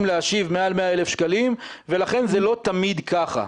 להשיב מעל 100,000 שקלים ולכן זה לא תמיד ככה.